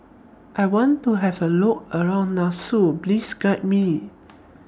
I want to has A Look around Nassau Please Guide Me